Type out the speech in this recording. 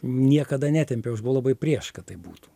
niekada netempiau aš buvau labai prieš kad tai būtų